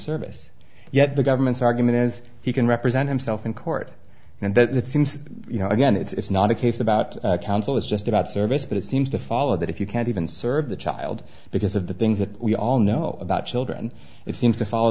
service yet the government's argument is he can represent himself in court and that the things that you know again it's not a case about counsel it's just about service but it seems to follow that if you can't even serve the child because of the things that we all know about children it seems to follow